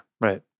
right